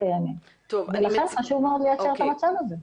קיימים ולכן חשוב מאוד לייצר את המצב הזה.